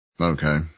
Okay